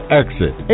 exit